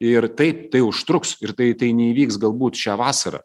ir taip tai užtruks ir tai tai neįvyks galbūt šią vasarą